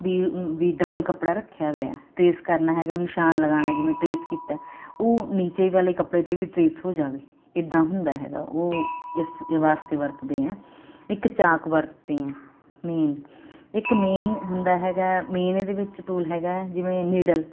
ਵੀ ਵੀ ਡਬਲ ਕੱਪੜਾ ਰੱਖਿਆ ਵਿਆ ਟਰੇਸ ਕਰਨਾ ਹੈਗਾ ਨਿਸ਼ਾਨ ਲਗਾਣਾ ਜਿਵੇਂ ਟਰੇਸ ਕੀਤਾ ਉਹ ਨੀਚੇ ਵਾਲੇ ਕੱਪੜੇ ਤੇ ਵੀ ਟਰੇਸ ਹੋ ਜਾਵੇ ਇਦਾਂ ਹੁੰਦਾ ਹੈਗਾ ਉਹ ਇਸ ਵਾਸਤੇ ਵਰਤਦੇ ਆਂ ਇੱਕ ਚਾਕ ਵਰਤਦੇ ਆਂ ਮੇਨ ਇੱਕ ਮੇਨ ਹੁੰਦਾ ਹੈਗਾ ਮੇਨ ਇਹਦੇ ਵਿੱਚ ਟੂਲ ਹੈਗਾ ਜਿਵੇਂ ਨੀਡਲ